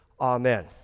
amen